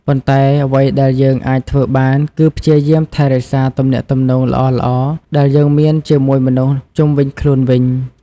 ប៉ុន្តែអ្វីដែលយើងអាចធ្វើបានគឺព្យាយាមថែរក្សាទំនាក់ទំនងល្អៗដែលយើងមានជាមួយមនុស្សជុំវិញខ្លួនវិញ។